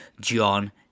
John